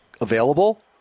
available